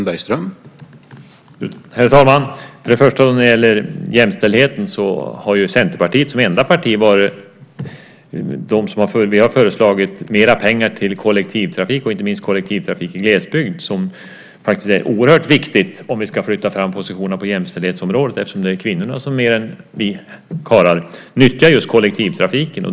Herr talman! När det gäller jämställdheten har ju Centerpartiet som enda parti föreslagit mer pengar till kollektivtrafik, och inte minst kollektivtrafik i glesbygd, som är oerhört viktig om vi ska flytta fram positionerna på jämställdhetsområdet eftersom det är kvinnorna som mer än vi karlar nyttjar just kollektivtrafiken.